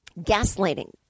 gaslighting